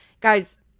Guys